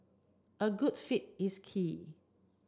a good fit is key